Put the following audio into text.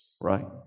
right